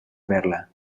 verla